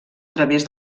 través